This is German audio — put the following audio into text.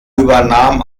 übernahm